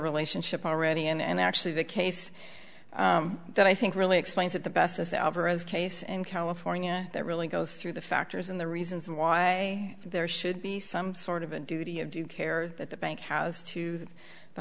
relationship already and actually the case that i think really explains it the best is alvarez case in california that really goes through the factors in the reasons why there should be some sort of a duty of due care that the bank has to th